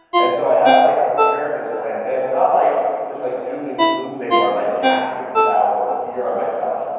and so i have like a preparedness plan and it's not like this like doom and gloom thing where i'm like casting doubt or fear on myself.